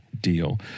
deal